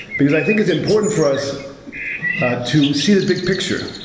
because i think it's important for us to see the big picture.